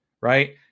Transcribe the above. right